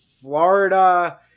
Florida